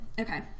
Okay